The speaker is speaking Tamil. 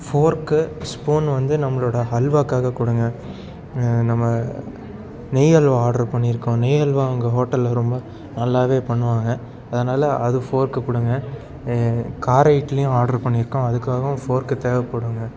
ஃபோர்க்கு ஸ்பூன் வந்து நம்மளோயட ஹல்வாவுக்காக கொடுங்க நம்ம நெய் அல்வா ஆட்ரு பண்ணியிருக்கோம் நெய் அல்வா உங்கள் ஹோட்டலில் ரொம்ப நல்லாவே பண்ணுவாங்க அதனால அது ஃபோர்க்கு கொடுங்க கார இட்லியும் ஆட்ரு பண்ணியிருக்கோம் அதுக்காகவும் ஃபோர்க் தேவைப்படுங்க